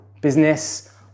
business